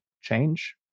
change